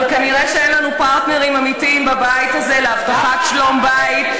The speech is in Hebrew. אבל כנראה אין לנו פרטנרים אמיתיים בבית הזה להבטחת שלום-בית,